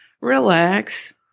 relax